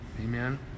Amen